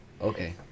Okay